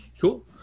Cool